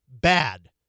bad